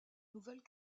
nouvelle